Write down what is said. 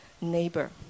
neighbor